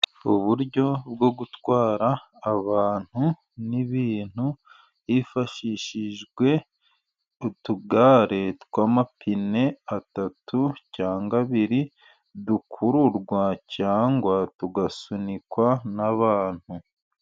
Uburyo bwo gutwara abantu n'ibintu hifashishijwe utugare tw'amapine atatu, cyangwa abiri, dukururwa cyangwa tugasunikwa n'abantu.